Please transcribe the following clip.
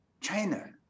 China